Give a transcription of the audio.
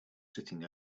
sitting